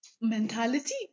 mentality